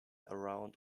around